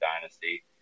Dynasty